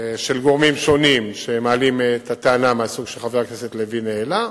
של גורמים שונים שמעלים את הטענה מהסוג שחבר הכנסת לוין העלה.